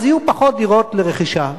יהיו פחות דירה לרכישה.